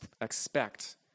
expect